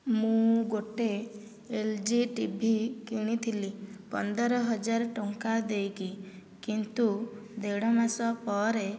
ମୁଁ ଗୋଟିଏ L G TV କିଣିଥିଲି ପନ୍ଦର ହଜାର ଟଙ୍କା ଦେଇକି କିନ୍ତୁ ଦେଢ଼ ମାସ ପରେ